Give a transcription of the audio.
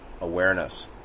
awareness